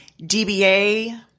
DBA